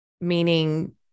meaning